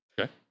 Okay